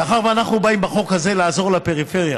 מאחר שאנחנו באים בחוק הזה לעזור לפריפריה,